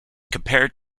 compared